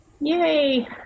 Yay